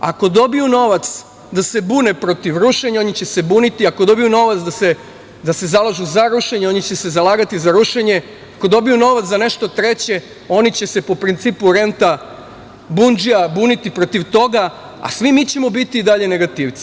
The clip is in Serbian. Ako dobiju novac da se bune protiv rušenja oni će se buniti, ako dobiju novac da se zalažu za rušenje oni će se zalagati za rušenje, ako dobiju novac za nešto treće oni će se po principu renta bundžija buniti protiv toga, a svi mi ćemo biti i dalje negativci.